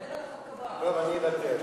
טוב, אני אוותר.